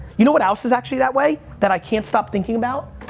you know what else is actually that way that i can't stop thinking about?